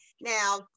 Now